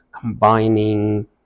combining